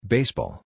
Baseball